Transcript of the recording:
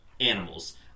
animals